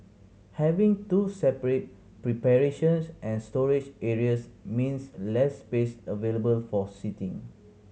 having two separate preparations and storage areas means less space available for seating